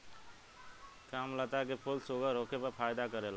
कामलता के फूल शुगर होखे पर फायदा करेला